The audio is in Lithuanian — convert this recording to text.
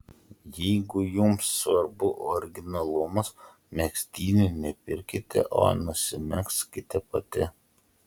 jeigu jums svarbu originalumas megztinį ne pirkite o nusimegzkite pati